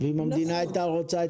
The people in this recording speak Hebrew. אם המדינה היתה רוצה,